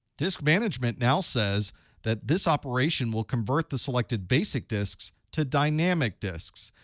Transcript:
disk management now says that this operation will convert the selected basic disks to dynamic disks.